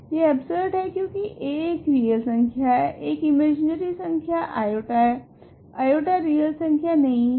यह एबसर्ड है क्योकि a एक रियल संख्या है I एक इमेजनरी संख्या है I रियल संख्या नहीं है